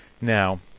Now